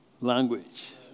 language